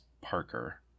Parker